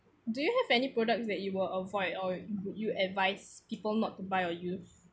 do you have any products that you will avoid or you you advise people not to buy or use